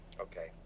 okay